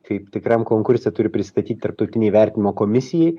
kaip tikram konkurse turi prisistatyt tarptautinei vertinimo komisijai